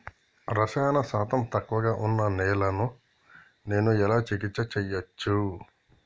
రసాయన శాతం తక్కువ ఉన్న నేలను నేను ఎలా చికిత్స చేయచ్చు?